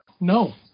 No